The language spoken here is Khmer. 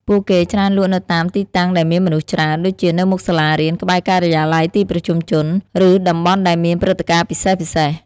ពួកគេច្រើនលក់នៅតាមទីតាំងដែលមានមនុស្សច្រើន ដូចជានៅមុខសាលារៀន ក្បែរការិយាល័យ ទីប្រជុំជន ឬតំបន់ដែលមានព្រឹត្តិការណ៍ពិសេសៗ។